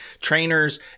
trainers